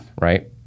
Right